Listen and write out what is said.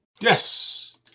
Yes